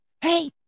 hey